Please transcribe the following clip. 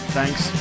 Thanks